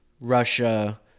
russia